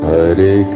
Hare